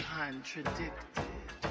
contradicted